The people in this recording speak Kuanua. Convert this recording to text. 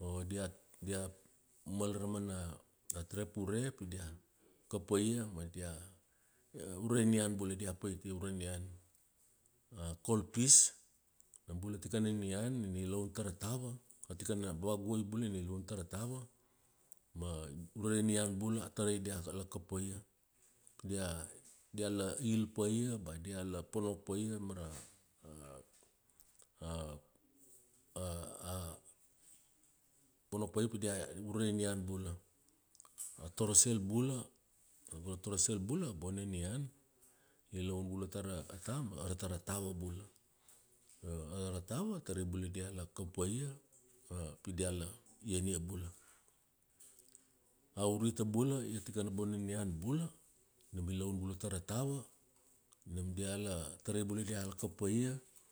io dia dia mal ra mana, a trap ure pi dia kapaia, ma dia, ure nian bula dia paitia ure nian. A kolpis nam bula tikana nian nina i laun tara tava, tikana vavaguai bula nina i laun tara tava. Ma ure ra nian bula a tarai dia la kapaia, dia dia la il pa ia ba dia la ponok paia mara ponok paia pi dia i ure ra nian bula. A torosel bula, go ra torosel bula a bona nian. I laun bula tara ta ma ara tara tava bula. Tara tava tarai bula dia la kapaia, pi dia la ian ia bula. A urita bula ia tikana bona nian bula, nam i laun bula tara tava. Nam dia la a, tarai bula dia la kapaia.